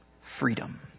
Freedom